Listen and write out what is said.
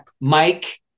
Mike